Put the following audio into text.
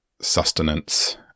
sustenance